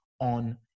on